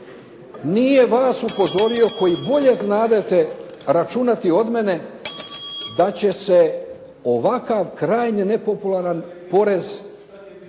nije vas upozorio koji bolje znadete računati od mene da će se ovakav krajnje nepopularan porez